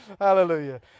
Hallelujah